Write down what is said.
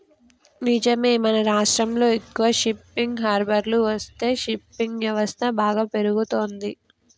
నిజమే మన రాష్ట్రంలో ఎక్కువ షిప్పింగ్ హార్బర్లు వస్తే ఫిషింగ్ వ్యవస్థ బాగా పెరుగుతంది